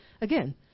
again